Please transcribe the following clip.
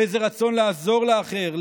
איזה רצון לעזור לאחר,